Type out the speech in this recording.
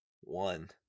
one